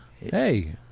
Hey